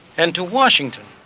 and to washington,